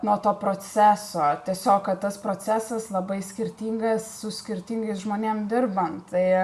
nuo to proceso tiesiog kad tas procesas labai skirtingas su skirtingais žmonėm dirbant tai